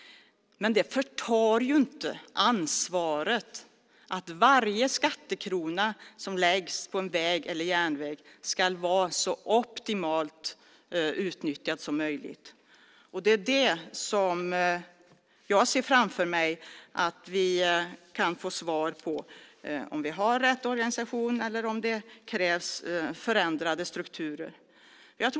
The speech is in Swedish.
Det förtar dock inte ansvaret att varje skattekrona som läggs på en väg eller järnväg ska vara så optimalt utnyttjad som möjligt. Jag ser framför mig att vi kan få svar på om vi har rätt organisation eller om det krävs förändrade strukturer.